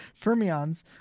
fermions